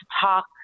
talk